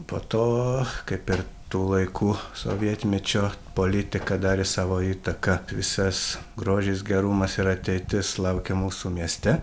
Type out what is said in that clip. po to kaip ir tų laikų sovietmečio politika darė savo įtaką visas grožis gerumas ir ateitis laukė mūsų mieste